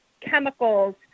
chemicals